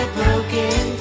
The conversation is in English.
broken